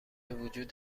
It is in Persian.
وجود